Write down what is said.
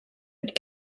but